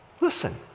Listen